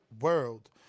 world